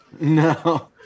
No